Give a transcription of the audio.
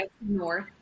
North